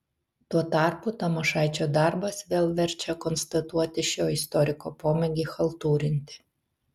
tuo tarpu tamošaičio darbas vėl verčia konstatuoti šio istoriko pomėgį chaltūrinti